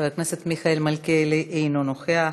חבר הכנסת מיכאל מלכיאלי, אינו נוכח.